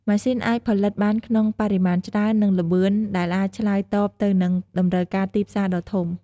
ម៉ាស៊ីនអាចផលិតបានក្នុង បរិមាណច្រើន និង លឿន ដែលអាចឆ្លើយតបទៅនឹងតម្រូវការទីផ្សារដ៏ធំ។